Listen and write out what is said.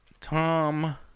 Tom